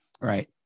Right